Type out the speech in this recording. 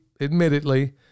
admittedly